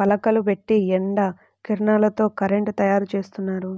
పలకలు బెట్టి ఎండ కిరణాలతో కరెంటు తయ్యారుజేత్తన్నారు